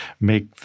make